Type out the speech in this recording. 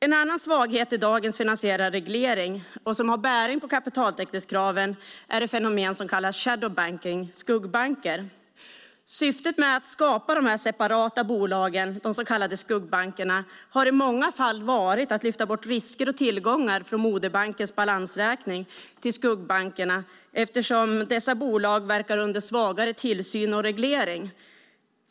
En annan svaghet i dagens finansiella reglering som har bäring på kapitaltäckningskraven är det fenomen som kallas shadow banking, skuggbanker. Syftet med att skapa dessa separata bolag, de så kallade skuggbankerna, har i många fall varit att lyfta bort risker och tillgångar från moderbankens balansräkning till skuggbankerna eftersom dessa bolag verkar under svagare tillsyn och reglering.